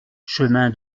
chemin